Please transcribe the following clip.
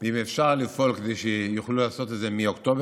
אם אפשר לפעול כדי שיוכלו לעשות את זה באוקטובר.